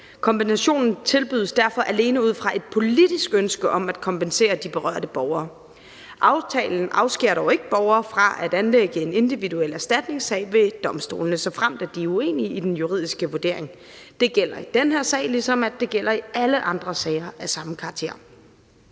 Kompensationen tilbydes derfor alene ud fra et politisk ønske om at kompensere de berørte borgere. Aftalen afskærer dog ikke borgere fra at anlægge en individuel erstatningssag ved domstolene, såfremt de er uenige i den juridiske vurdering. Det gælder i den her sag, ligesom det gælder i alle andre sager af samme karakter.